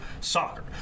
soccer